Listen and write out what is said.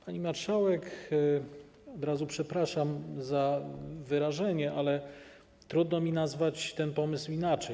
Pani marszałek, od razu przepraszam za wyrażenie, ale trudno mi nazwać ten pomysł inaczej.